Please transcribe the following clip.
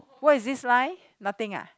what is this line nothing ah